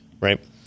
right